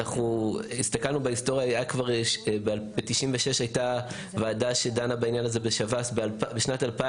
אנחנו פותחים את הדיון של הוועדה לביטחון פנים